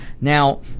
Now